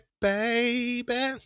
baby